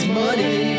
money